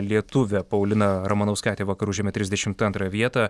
lietuvė paulina ramanauskaitė vakar užėmė trisdešimt antrą vietą